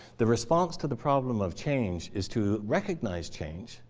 the response to the problem of change is to recognize change,